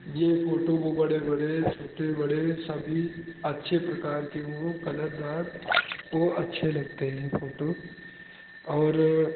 ये फोटो को बड़े बड़े छोटे बड़े सभी अच्छे प्रकार के हों कलरदार वो अच्छे लगते हैं फोटो और